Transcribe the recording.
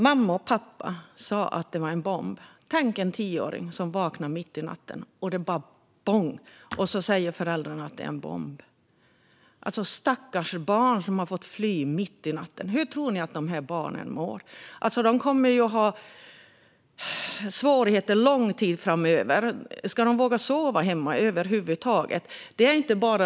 Tänk er en tioårig pojke som vaknar mitt i natten av att det smäller, och så säger föräldrarna att det är en bomb! Stackars barn som får fly mitt i natten! Hur tror ni att de här barnen mår? De kommer att ha svårigheter under lång tid framöver. Kommer de över huvud taget att våga sova hemma?